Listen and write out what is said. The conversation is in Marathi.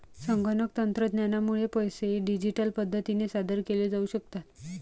संगणक तंत्रज्ञानामुळे पैसे डिजिटल पद्धतीने सादर केले जाऊ शकतात